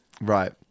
Right